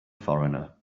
foreigner